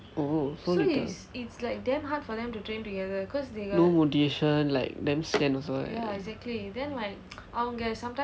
oh so little no motivation damn sian also right